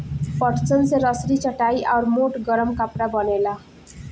पटसन से रसरी, चटाई आउर मोट गरम कपड़ा बनेला